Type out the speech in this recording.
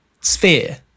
sphere